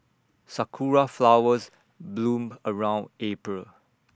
Sakura Flowers bloom around April